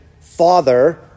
father